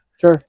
Sure